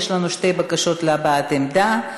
יש לנו שתי בקשות להבעת עמדה.